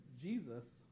Jesus